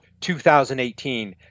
2018